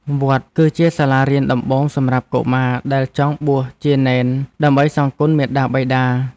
វត្តគឺជាសាលារៀនដំបូងសម្រាប់កុមារដែលចង់បួសជានេនដើម្បីសងគុណមាតាបិតា។